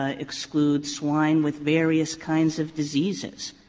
ah exclude swine with various kinds of diseases?